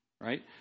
right